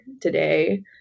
today